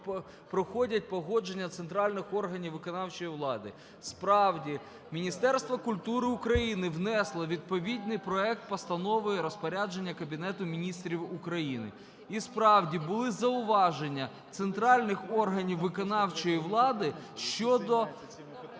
проходять погодження центральних органів виконавчої влади. Справді, Міністерство культури України внесло відповідний проект постанови і розпорядження Кабінету Міністрів України. І, справді, були зауваження центральних органів виконавчої влади щодо,